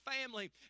family